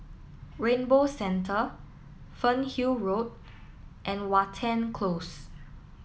Rainbow Centre Fernhill Road and Watten Close